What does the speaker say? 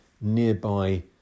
nearby